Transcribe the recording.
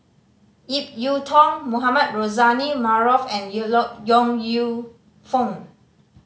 Ip Yiu Tung Mohamed Rozani Maarof and You Lack Yong Lew Foong